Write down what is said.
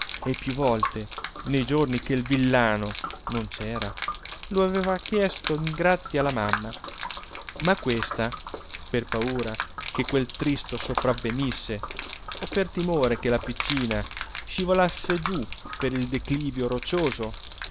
e più volte nei giorni che il villano non c'era lo aveva chiesto in grazia alla mamma ma questa per paura che quel tristo sopravvenisse o per timore che la piccina scivolasse giù per il declivio roccioso